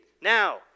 now